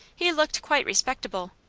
he looked quite respectable.